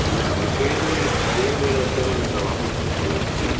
न उहो ॿिए भेरे ॿिए भेरे अचण में त वापसि पैसा लॻंदा आहिनि